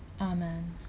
Amen